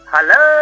Hello